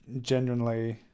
genuinely